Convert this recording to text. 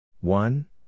One